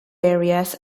areas